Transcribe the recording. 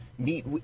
meet